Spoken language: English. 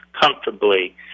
comfortably